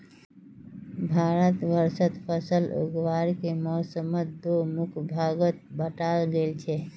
भारतवर्षत फसल उगावार के मौसमक दो मुख्य भागत बांटाल गेल छेक